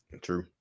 True